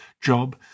job